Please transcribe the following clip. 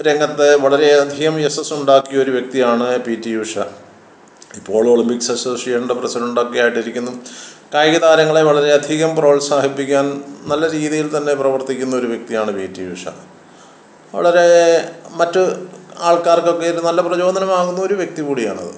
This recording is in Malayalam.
രംഗത്ത് വളരെയധികം യശസ്സ് ഉണ്ടാക്കിയ ഒരു വ്യക്തിയാണ് പീ റ്റി ഉഷ ഇപ്പോൾ ഒളിമ്പിക്ക്സ് അസോസിയേഷൻ്റെ പ്രസിഡൻറ്റൊക്കെ ആയിട്ടിരിക്കുന്നു കായിക താരങ്ങളെ വളരെയധികം പ്രോത്സാഹിപ്പിക്കാൻ നല്ല രീതിയിൽത്തന്നെ പ്രവർത്തിക്കുന്ന ഒരു വ്യക്തിയാണ് പി ടി ഉഷ വളരെ മറ്റ് ആൾക്കാർക്ക് ഒക്കെ ഇത് നല്ല പ്രചോദനമാകുന്ന ഒരു വ്യക്തി കൂടിയാണത്